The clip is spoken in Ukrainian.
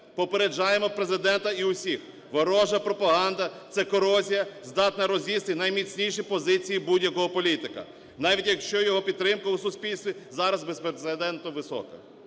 Попереджаємо Президента і усіх. Ворожа пропаганда – це корозія, здатна роз'їсти найміцніші позиції будь-якого політика, навіть якщо його підтримка у суспільстві зараз безпрецедентно висока.